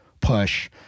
push